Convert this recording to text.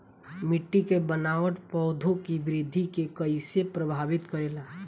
मिट्टी के बनावट पौधों की वृद्धि के कईसे प्रभावित करेला?